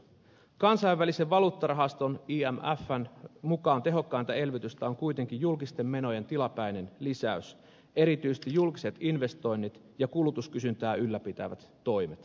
kansainvälisen valuuttarahaston imfn mukaan tehokkainta elvytystä on kuitenkin julkisten menojen tilapäinen lisäys erityisesti julkiset investoinnit ja kulutuskysyntää ylläpitävät toimet